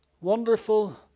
wonderful